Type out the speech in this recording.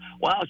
Wow